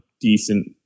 decent